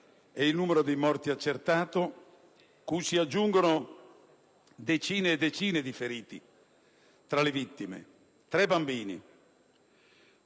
è il numero dei morti accertato, cui si aggiungono decine e decine di feriti; tra le vittime vi sono tre bambini.